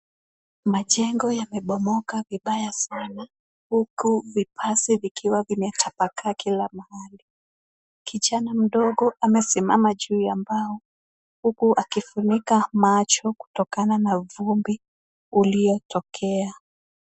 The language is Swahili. Majengo yamebomoka vibaya sana, huku vipasi vikiwa vimetapakaa kila mahali. Kijana mdogo amesimama juu ya mbao, huku akifunika macho kutokana na vumbi lililotokea.